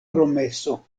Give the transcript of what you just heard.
promeso